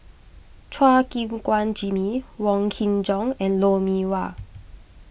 Chua Gim Guan Jimmy Wong Kin Jong and Lou Mee Wah